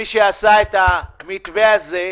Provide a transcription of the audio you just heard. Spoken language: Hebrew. כבר שם נכתב שההגשה תהיה החל מה-12 במאי באמצעות רשות המסים.